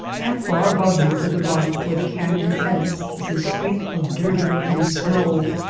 and far above you to the right where the canyon heads is a streak of dirty-looking snow.